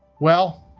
well,